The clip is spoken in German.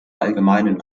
allgemeinen